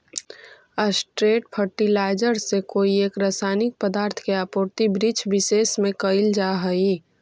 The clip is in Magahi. स्ट्रेट फर्टिलाइजर से कोई एक रसायनिक पदार्थ के आपूर्ति वृक्षविशेष में कैइल जा हई